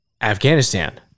Afghanistan